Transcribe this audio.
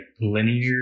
linear